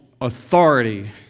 authority